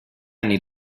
anni